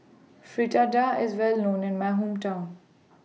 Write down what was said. Fritada IS Well known in My Hometown